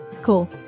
cool